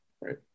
Right